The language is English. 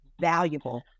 valuable